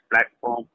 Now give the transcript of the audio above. platform